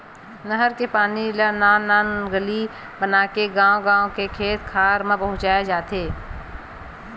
नहर के पानी ल नान नान नाली बनाके गाँव गाँव के खेत खार म पहुंचाए जाथे